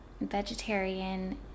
vegetarian